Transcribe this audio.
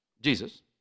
Jesus